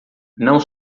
não